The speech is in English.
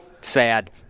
sad